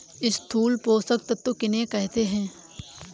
स्थूल पोषक तत्व किन्हें कहते हैं?